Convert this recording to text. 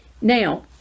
now